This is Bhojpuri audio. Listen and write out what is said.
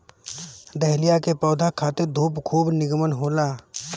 डहेलिया के पौधा खातिर धूप खूब निमन होला